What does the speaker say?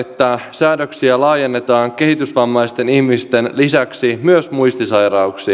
säädöksiä laajennetaan kehitysvammaisten ihmisten lisäksi myös